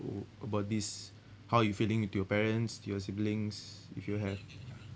a~ about this how your feeling with your parents to your siblings if you have